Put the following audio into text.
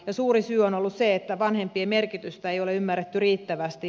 suuri syy on ollut se että vanhempien merkitystä ei ole ymmärretty riittävästi